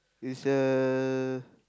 is a